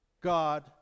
God